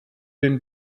den